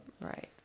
Right